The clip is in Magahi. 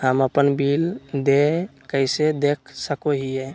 हम अपन बिल देय कैसे देख सको हियै?